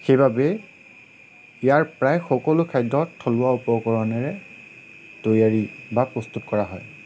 সেইবাবে ইয়াৰ প্ৰায় সকলো খাদ্য থলুৱা উপকৰণেৰে তৈয়াৰী বা প্ৰস্তুত কৰা হয়